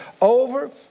over